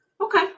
Okay